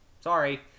Sorry